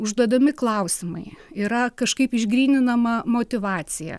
užduodami klausimai yra kažkaip išgryninama motyvacija